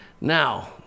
Now